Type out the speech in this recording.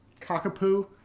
cockapoo